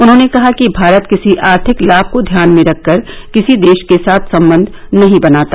उन्हॉने कहा कि भारत किसी आर्थिक लाभ को ध्यान में रखकर किसी देश के साथ संबंध नहीं बनाता